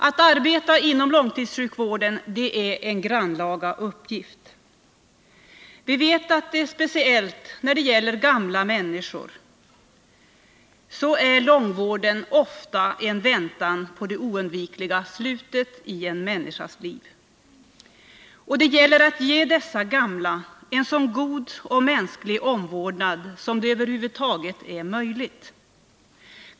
Att arbeta i långtidssjukvården är en grannlaga uppgift. Vi vet att speciellt när det gäller gamla människor är långvården ofta en väntan på det oundvikliga slutet i en människas liv. Det gäller att ge dessa gamla en så god och mänsklig omvårdnad som det över huvud taget är möjligt.